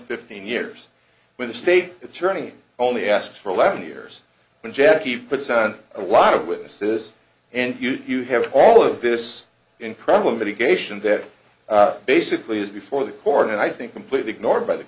fifteen years with the state attorney only ask for eleven years when jackie puts on a lot of witnesses and you have all of this incredible mitigation that basically is before the court and i think completely ignored by the